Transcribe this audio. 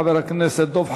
חבר הכנסת דב חנין.